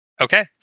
Okay